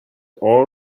all